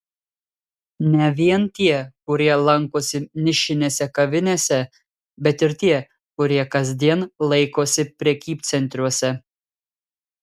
ne vien tie kurie lankosi nišinėse kavinėse bet ir tie kurie kasdien laikosi prekybcentriuose